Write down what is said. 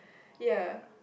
ya